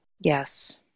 Yes